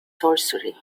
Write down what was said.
sorcery